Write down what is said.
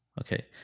Okay